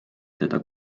teda